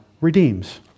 redeems